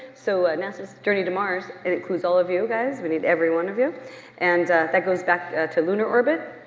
so nasa's journey to mars, it includes all of you guys. we need every one of you and that goes back to lunar orbit,